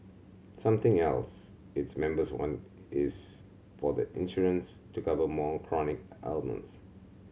something else its members want is for the insurance to cover more chronic ailments